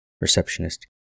Receptionist